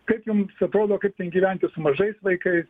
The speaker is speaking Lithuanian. kaip jums atrodo kaip ten gyventi su mažais vaikais